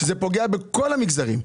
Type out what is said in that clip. גם כשזה פוגע בכל המגזרים,